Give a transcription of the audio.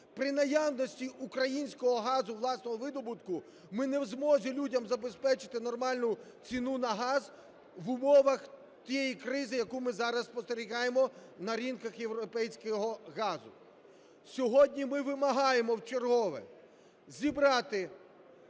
При наявності українського газу власного видобутку, ми не в змозі людям забезпечити нормальну ціну на газ в умовах тієї кризи, яку ми зараз спостерігаємо на ринках європейського газу. Сьогодні ми вимагаємо вчергове зібрати